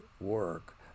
work